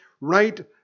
right